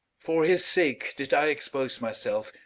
for his sake did i expose myself,